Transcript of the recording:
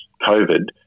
COVID